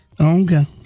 okay